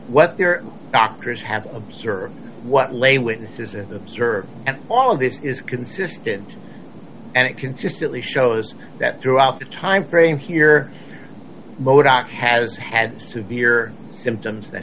what their doctors have observed what lay witnesses and observed and all of this is consistent and it consistently shows that throughout the time frame here mo doc has had severe symptoms that